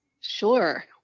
Sure